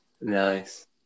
Nice